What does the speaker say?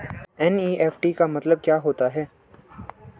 NEFT का मतलब क्या होता है?